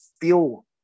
feel